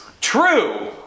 True